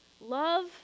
love